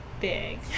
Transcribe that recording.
big